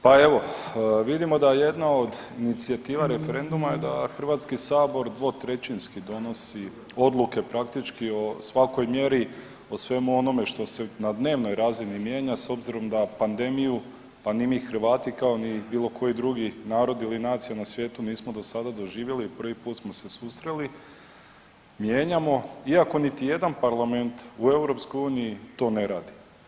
Pa evo, vidimo da jedna od inicijativa referenduma je da HS dvotrećinski donosi odluke praktički o svakoj mjeri, o svemu onome što se na dnevnoj razini mijenja, s obzirom da pandemiju pa ni mi Hrvati, kao ni bilo koji drugi narod ili nacija na svijetu nismo do sada doživjeli i prvi put smo se susreli, mijenjamo iako niti jedan parlament u EU to ne radi.